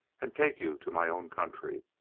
and take you to my own country,